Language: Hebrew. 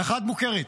האחת מוכרת,